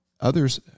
others